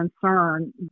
concern